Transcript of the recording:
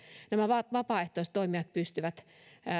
nämä vapaaehtoistoimijat pystyvät